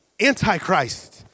antichrist